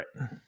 right